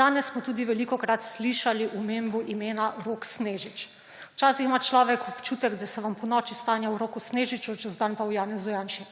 Danes smo tudi velikokrat slišali omembo imena Rok Snežič. Včasih ima človek občutek, da se vam ponoči sanja o Roku Snežiču, čez dan pa o Janezu Janši.